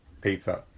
pizza